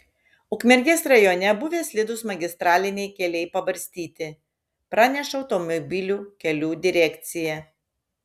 ukmergės rajone buvę slidūs magistraliniai keliai pabarstyti praneša automobilių kelių direkcija